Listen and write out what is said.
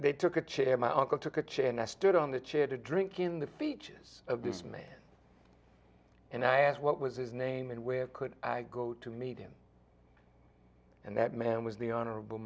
they took a chair my uncle took a chair and i stood on the chair to drink in the features of this man and i asked what was his name and where could i go to meet him and that man was the honorable